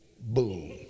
boom